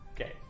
Okay